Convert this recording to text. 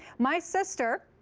my sister,